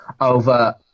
over